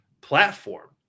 platform